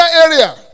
area